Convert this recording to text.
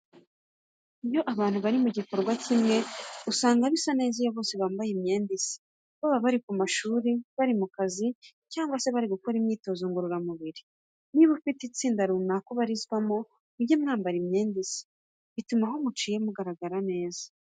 Iyo abantu bari mu gikorwa kimwe usanga bisa neza iyo bose bambaye imyenda isa, baba bari ku mashuri, bari mu kazi, cyangwa se bari gukora imyitozo ngororamubiri. Niba ufite itsinda runaka ubarizwamo, mujye mwambara imyenda isa, bituma aho muciye mugaragara neza.